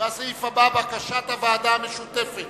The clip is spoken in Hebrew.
בקשת הוועדה המשותפת